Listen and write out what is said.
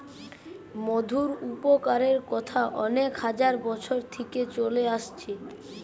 মধুর উপকারের কথা অনেক হাজার বছর থিকে চলে আসছে